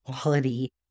quality